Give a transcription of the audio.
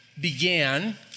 began